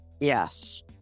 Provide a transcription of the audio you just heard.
Yes